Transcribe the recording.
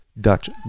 Dutch